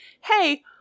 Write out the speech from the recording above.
hey